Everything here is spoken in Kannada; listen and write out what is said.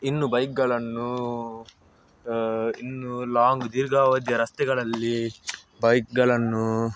ಇನ್ನು ಬೈಕ್ಗಳನ್ನು ಇನ್ನು ಲಾಂಗ್ ದೀರ್ಘಾವಧಿಯ ರಸ್ತೆಗಳಲ್ಲಿ ಬೈಕ್ಗಳನ್ನು